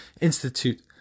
institute